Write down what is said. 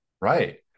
right